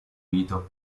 unito